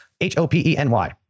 H-O-P-E-N-Y